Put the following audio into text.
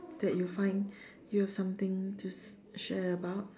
that you find you have something to share about